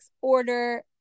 order